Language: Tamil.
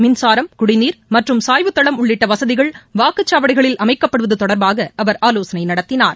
மின்சாரம் குடிநீர் மற்றும் சாய்வுதளம் உள்ளிட்ட வசதிகள் வாக்குச்சாவடிகளில் அமைக்கப்படுவது தொடர்பாக அவர் ஆலோசனை நடத்தினார்